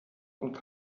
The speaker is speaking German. und